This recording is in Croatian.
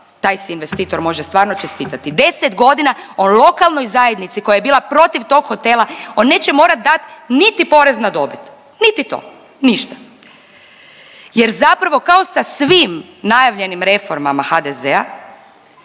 taj si investitor može stvarno čestitati. 10 godina on lokalnoj zajednici koja je bila protiv tog hotela, on neće morat dat niti porez na dobit, niti to. Ništa. Jer zapravo kao sa svim najavljenim reformama HDZ-a